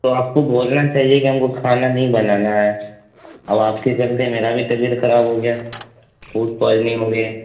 تو آپ کو بولنا چاہیے کہ ہم کو کھانا نہیں بنانا ہے اب آپ کے چلتے میرا بھی طبیعت کھراب ہو گیا فوڈ پوائزنگ ہو گیا